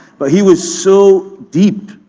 but he was so deep,